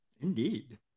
Indeed